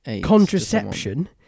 contraception